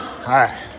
Hi